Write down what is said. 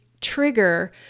trigger